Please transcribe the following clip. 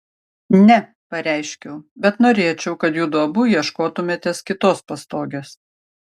ne pareiškiau bet norėčiau kad judu abu ieškotumėtės kitos pastogės